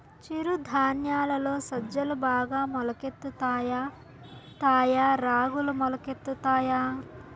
చిరు ధాన్యాలలో సజ్జలు బాగా మొలకెత్తుతాయా తాయా రాగులు మొలకెత్తుతాయా